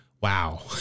wow